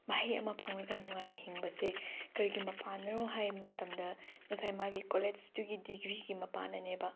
ꯃꯍꯩ ꯑꯃ ꯐꯪꯂꯒ ꯅꯨꯡꯉꯥꯏꯅ ꯍꯤꯡꯕꯁꯦ ꯀꯔꯤꯒꯤ ꯃꯄꯥꯟꯅꯅꯣ ꯍꯥꯏꯕ ꯃꯇꯝꯗ ꯉꯁꯥꯏ ꯃꯥꯒꯤ ꯀꯣꯂꯦꯖꯇꯨꯒꯤ ꯗꯤꯒ꯭ꯔꯤꯒꯤ ꯃꯄꯥꯟꯅꯅꯦꯕ